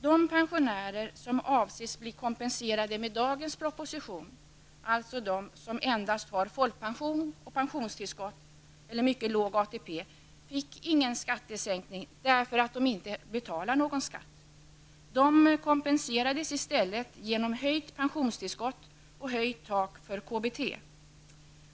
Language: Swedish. De pensionärer som avses bli kompenserade med dagens proposition, alltså de som endast har folkpension och pensionstillskott eller mycket låg ATP, fick ingen skattesänkning, därför att de inte betalar någon skatt. De kompenserades i stället genom höjt pensionstillskott och höjt tak för det kommunala bostadstillägget .